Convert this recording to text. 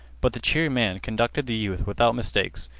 but the cheery man conducted the youth without mistakes,